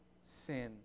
sin